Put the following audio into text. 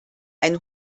ein